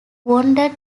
wounded